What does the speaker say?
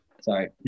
sorry